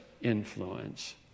influence